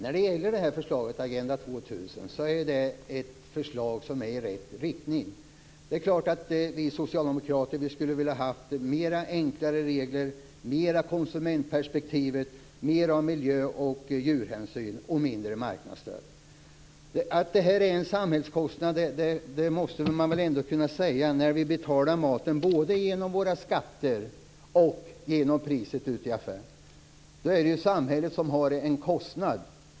Fru talman! Agenda 2000-förslaget är ett förslag i rätt riktning. Det är klart att vi socialdemokrater skulle velat ha enklare regler, mer av konsumentperspektiv och miljö och djurhänsyn och mindre marknadsstöd. Man måste väl ändå kunna säga att jordbruket är en samhällskostnad när vi betalar maten både genom våra skatter och i affären. Då har samhället en kostnad.